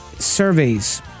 surveys